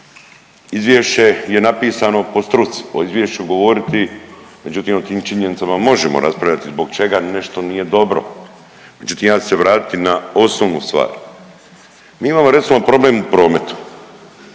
izvješće je napisano po struci. O izvješću govoriti, međutim o tim činjenicama možemo raspravljati zbog čega nešto nije dobro, međutim ja ću se vratiti na osnovnu stvar. Mi imamo recimo problem u prometu.